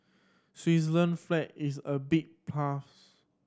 Switzerland flag is a big plus